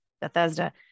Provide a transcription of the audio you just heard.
Bethesda